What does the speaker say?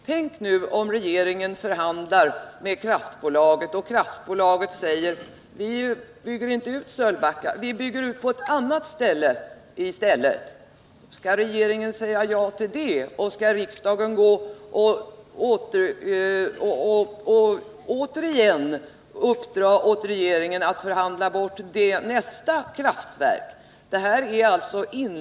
Tänk om regeringen förhandlar med kraftbolaget och man där säger: Vi bygger inte ut Sölvbacka utan vi bygger ut på annat håll i stället. Skall regeringen säga ja till det? Och skall riksdagen i så fall uppdra åt regeringen att förhandla bort det kraftverket också?